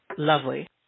Lovely